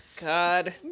God